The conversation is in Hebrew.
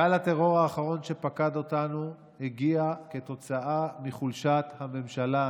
גל הטרור האחרון שפקד אותנו הגיע כתוצאה מחולשת הממשלה,